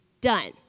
done